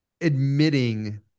admitting